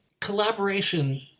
collaboration